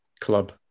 club